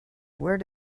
where